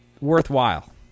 worthwhile